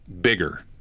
bigger